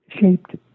shaped